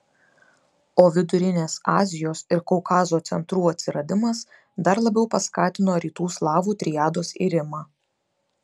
o vidurinės azijos ir kaukazo centrų atsiradimas dar labiau paskatino rytų slavų triados irimą